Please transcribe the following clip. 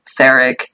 Theric